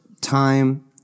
time